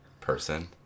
person